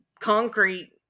concrete